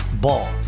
Ball